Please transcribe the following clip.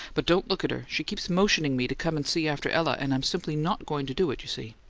but don't look at her. she keeps motioning me to come and see after ella, and i'm simply not going to do it, you see!